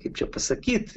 kaip čia pasakyt